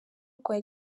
rwa